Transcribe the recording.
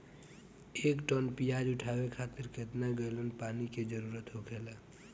एक टन प्याज उठावे खातिर केतना गैलन पानी के जरूरत होखेला?